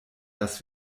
dass